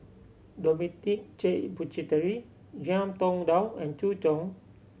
Dominic J Puthucheary Ngiam Tong Dow and Zhu